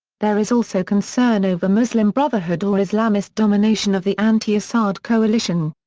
there is also concern over muslim brotherhood or islamist domination of the anti-assad coalition.